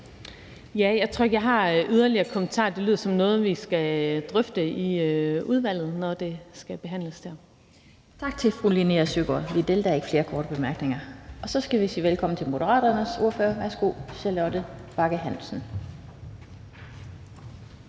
Jeg tror ikke, jeg har yderligere kommentarer. Det lyder som noget, vi skal drøfte i udvalget, når det skal behandles der. Kl. 13:40 Den fg. formand (Annette Lind): Tak til fru Linea Søgaard-Lidell. Der er ikke flere korte bemærkninger. Så skal vi sige velkommen til Moderaternes ordfører. Værsgo til fru Charlotte Bagge Hansen.